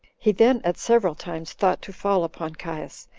he then at several times thought to fall upon caius,